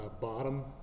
bottom